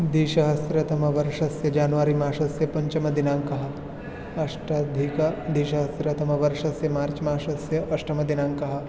द्विसहस्रतमवर्षस्य जानवरिमासस्य पञ्चमदिनाङ्कः अष्टाधिकद्विसहस्रतमवर्षस्य मार्च्मासस्य अष्टमदिनाङ्कः